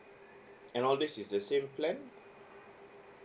and all these is the same plan